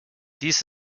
dieses